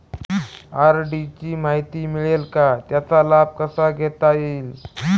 RD ची माहिती मिळेल का, त्याचा लाभ कसा घेता येईल?